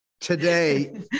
today